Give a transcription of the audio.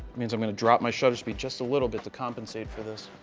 means i'm going to drop my shutter speed just a little bit to compensate for this.